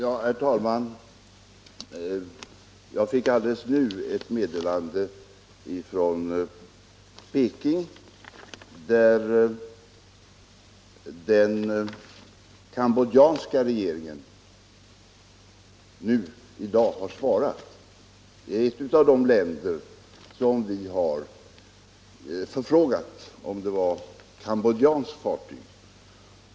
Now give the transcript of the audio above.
Herr talman! Jag fick just nu ett meddelande från Peking om att den cambodjanska regeringen i dag har svarat. Cambodja är ett av de länder som vi har frågat om det var ett av dess fartyg.